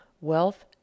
Wealth